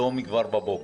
כבר היום בבוקר,